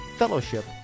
fellowship